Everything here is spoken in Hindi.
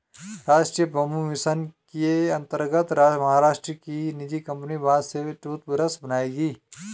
राष्ट्रीय बंबू मिशन के अंतर्गत महाराष्ट्र की निजी कंपनी बांस से टूथब्रश बनाएगी